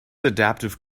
adaptive